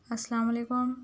السّلام علیکم